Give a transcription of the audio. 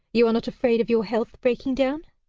you are not afraid of your health breaking down?